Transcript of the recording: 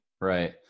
right